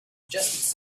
just